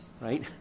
right